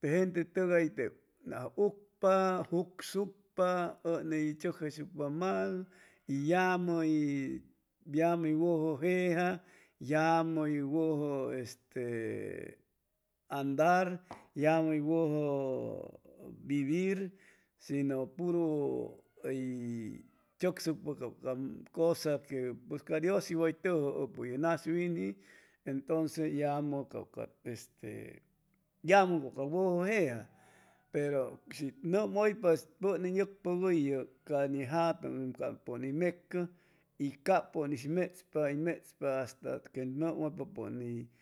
te gente tugay teb nas ucpa ucusucpa u ni tsucjay sucpa mal y ya yamuy uy wuju jeja yamu uy wuju este andar yamu uy wuju vivir sino puru uy chucsucpa cab ca cusa que pue ca dios is wa tujuupu ye nas winji entonces yamu cab ca este yamu ca wuju jeja pero shi numuypa pun y nucpuguypa yu ca ni jatun cab pun y mecu y cab pun is metspa y metspa aste que pun is.